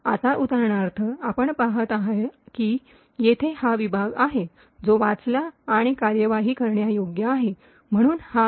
तर उदाहरणार्थ आपण पाहत आहात की येथे हा विभाग आहे जो वाचला आणि कार्यवाही करण्यायोग्य आहे म्हणून हा एक